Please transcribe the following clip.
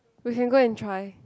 we can go and try